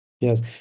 Yes